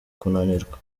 kunanirwa